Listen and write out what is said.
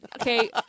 Okay